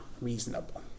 reasonable